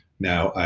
now,